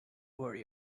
worry